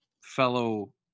fellow